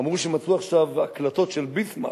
אמרו שמצאו עכשיו הקלטות של ביסמרק,